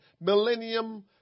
millennium